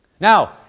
Now